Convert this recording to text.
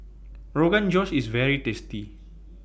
Rogan Josh IS very tasty